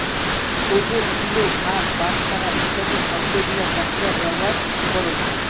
ওজন, কিলো, ভার, বাটখারা ইত্যাদি শব্দ গিলা চাষীরা ব্যবহার করঙ